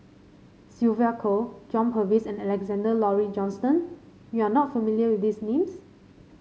Sylvia Kho John Purvis and Alexander Laurie Johnston you are not familiar with these names